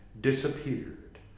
disappeared